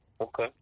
Okay